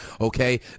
okay